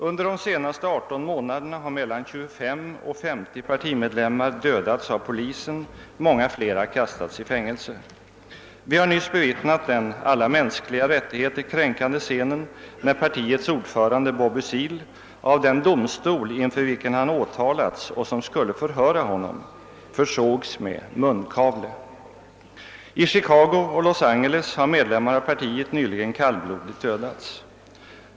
Under de senaste 18 månaderna har 20—50 partimedlemmar dödats av polisen och många fler kastats i fängelse. Vi har nyligen bevittnat den alla mänskliga rättigheter kränkande scenen när partiets ordförande Bobby Seale av den domstol inför vilken han åtalats och som skulle förhöra honom försågs med munkavle. I Chicago och Los Angeles har medlemmar av partiet nyligen kallblodigt dödats.